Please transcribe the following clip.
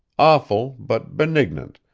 awful but benignant,